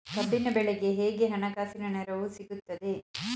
ಕಬ್ಬಿನ ಬೆಳೆಗೆ ಹೇಗೆ ಹಣಕಾಸಿನ ನೆರವು ಸಿಗುತ್ತದೆ?